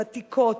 ותיקות,